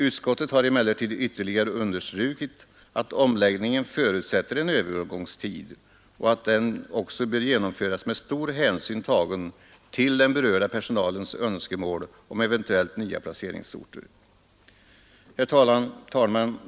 Utskottet har emellertid ytterligare understrukit, att omläggningen förutsätter en övergångstid och att den alltså bör genomföras med stor hänsyn till den berörda personalens önskemål om eventuellt nya placeringsorter.